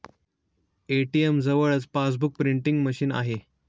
ATM जवळच passbook printing machine आहे